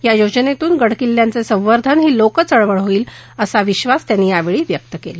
या योजनेतून गड किल्ल्यांचे संवर्धन ही लोकचळवळ होईल असा विश्वास त्यांनी यावेळी व्यक्त केला